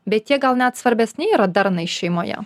bet jie gal net svarbesni yra darnai šeimoje